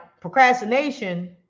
procrastination